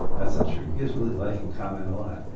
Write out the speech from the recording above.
that's not true you guys really like and comment a lot.